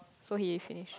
so he finished